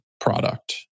product